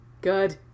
good